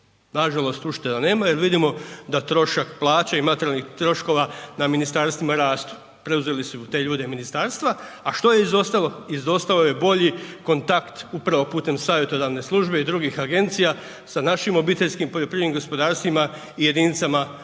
nažalost ušteda nema jer vidimo da trošak plaća i materijalnih troškova na ministarstvima rastu, preuzeli su te ljude ministarstva, a što je izostalo, izostao je bolji kontakt upravo putem savjetodavne službe i drugih agencija sa našim OPG-ovima i jedinicama lokalne